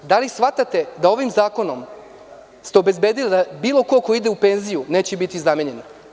Da li shvatate da ste ovim zakonom obezbedili da bilo ko ko ide u penziju neće biti zamenjen.